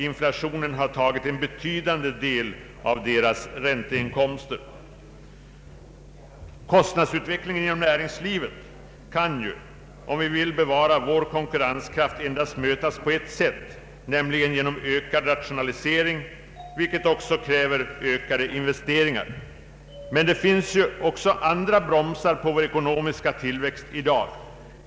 Inflationen har tagit en betydande del av deras ränteinkomster. Kostnadsutvecklingen inom näringslivet kan ju, om vi vill bevara vår konkurrenskraft, endast mötas på ett sätt, nämligen genom ökad rationalisering, vilket också kräver ökade investeringar. Men det finns ju också andra bromsar på vår ekonomiska tillväxt i dag.